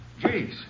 Jeez